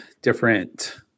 different